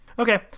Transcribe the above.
okay